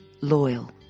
loyal